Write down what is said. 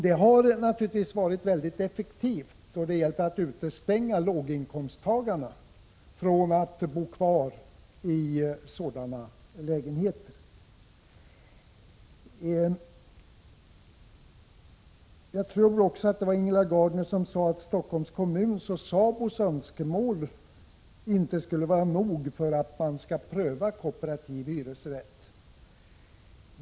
Det har naturligtvis varit mycket effektivt, då det gällt att utestänga låginkomsttagarna från att kunna bo kvar i sina lägenheter. Jag tror också att det var Ingela Gardner som sade att Stockholms kommuns och SABO:s önskemål inte kan vara nog för att pröva kooperativ hyresrätt.